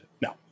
No